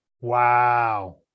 Wow